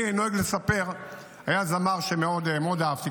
אני נוהג לספר שהיה זמר שמאוד אהבתי,